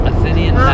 Athenian